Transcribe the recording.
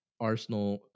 Arsenal